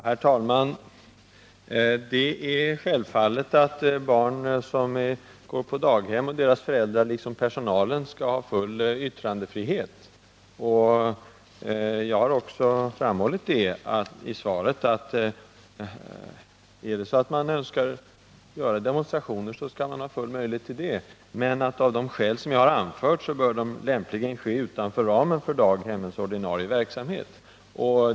Herr talman! Det är självklart att barn som har plats på daghem och deras föräldrar, liksom personalen skall ha full yttrandefrihet. Jag har också framhållit i svaret att om man önskar demonstrera, skall man ha full möjlighet till det, men av de skäl som jag har anfört bör det lämpligen ske utanför ramen för daghemmens ordinarie verksamhet.